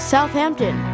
Southampton